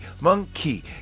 monkey